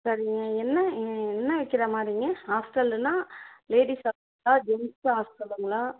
சரிங்க என்ன என்ன வைக்கிற மாதிரிங்க ஹாஸ்ட்டலுன்ன லேடிஸ் ஹாஸ்ட்டலாம் ஜென்ஸ் ஹாஸ்ட்டலுங்களா